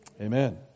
amen